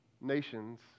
nations